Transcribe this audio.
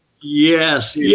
Yes